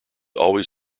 always